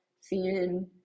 seeing